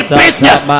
business